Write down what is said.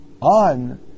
on